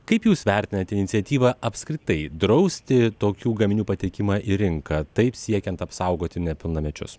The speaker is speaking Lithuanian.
kaip jūs vertinate iniciatyvą apskritai drausti tokių gaminių patekimą į rinką taip siekiant apsaugoti nepilnamečius